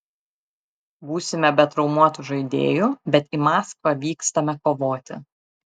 būsime be traumuotų žaidėjų bet į maskvą vykstame kovoti